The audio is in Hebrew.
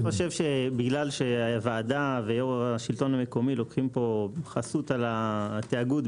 אני חושב שבגלל שהוועדה ויו"ר השלטון המקומי לוקחים פה חסות על התאגוד,